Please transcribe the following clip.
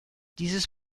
dieses